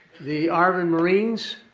the arvn marines,